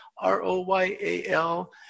R-O-Y-A-L